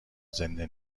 زنده